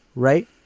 right.